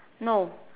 no